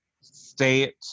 state